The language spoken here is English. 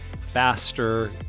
faster